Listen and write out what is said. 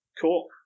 Cool